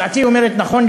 הצעתי אומרת: נכון,